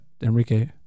Enrique